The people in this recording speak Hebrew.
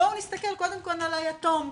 בואו נסתכל קודם כל על היתום,